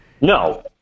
No